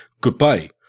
Goodbye